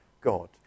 God